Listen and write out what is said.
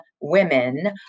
women